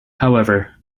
however